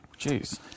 Jeez